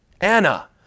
Anna